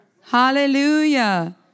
Hallelujah